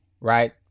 right